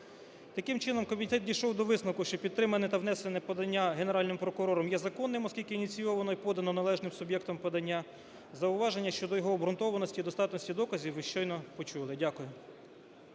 Таким чином, комітет дійшов до висновку, що підтримане та внесене подання Генеральним прокурором є законним, оскільки ініційоване і подане належним суб'єктом подання. Зауваження щодо його обґрунтованості, достатності доказів ви щойно почули. Дякую.